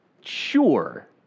sure